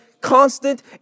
constant